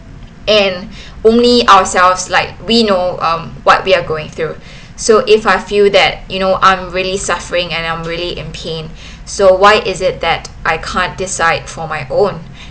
and only ourselves like we know um what we're going through so if I feel that you know I'm really suffering and I'm really in pain so why is it that I can't decide for my own